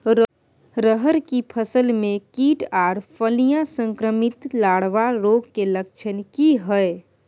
रहर की फसल मे कीट आर फलियां संक्रमित लार्वा रोग के लक्षण की हय?